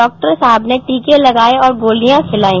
doctor साहब ने टीके लगाए और गोलियां खिलाई